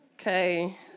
Okay